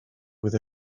with